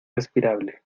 respirable